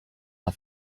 not